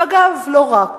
ואגב לא רק